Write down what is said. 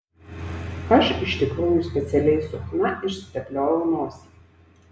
aš iš tikrųjų specialiai su chna išsitepliojau nosį